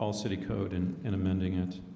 all city code and and amending it